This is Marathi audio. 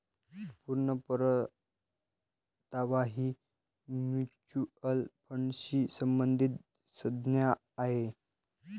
पूर्ण परतावा ही म्युच्युअल फंडाशी संबंधित संज्ञा आहे